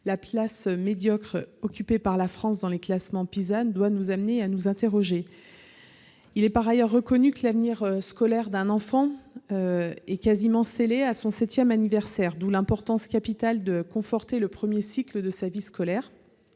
La place médiocre occupée par la France dans les classements PISA doit nous amener à nous interroger ... Il est par ailleurs reconnu que l'avenir scolaire d'un enfant est quasiment scellé à son septième anniversaire, d'où l'importance capitale de conforter le premier cycle de sa vie scolaire.